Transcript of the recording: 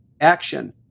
action